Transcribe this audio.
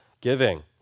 giving